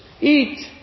Eat